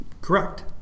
Correct